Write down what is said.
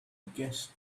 guess